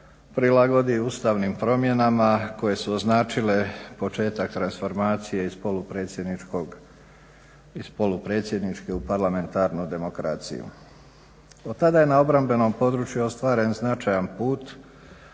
prilagodi ustavnim promjenama koje su označile početak transformacije iz polupredsjedničke u parlamentarnu demokraciju. Od tada je na obrambenom području ostvaren značajan put